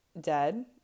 dead